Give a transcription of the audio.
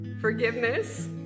forgiveness